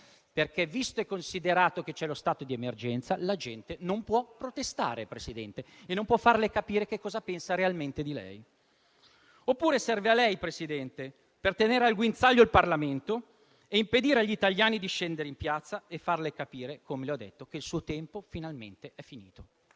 perché, visto e considerato che c'è lo stato d'emergenza, non può protestare, signor Presidente del Consiglio, e non può farle capire cosa pensa realmente di lei. Oppure serve a lei, signor Presidente, per tenere al guinzaglio il Parlamento e impedire agli italiani di scendere in piazza e farle capire, come le ho detto, che il suo tempo finalmente è finito.